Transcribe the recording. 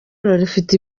rifite